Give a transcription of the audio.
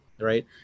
right